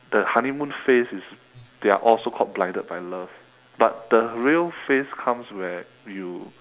the honeymoon phase is they are all so called blinded by love but the real phase comes where you